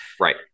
Right